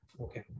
okay